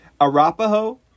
Arapaho